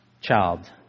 child